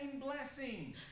blessing